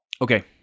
Okay